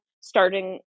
starting